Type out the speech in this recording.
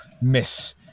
miss